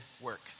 work